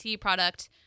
product